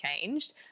changed